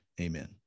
Amen